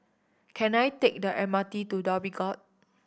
can I take the M R T to Dhoby Ghaut